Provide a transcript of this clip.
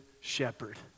shepherd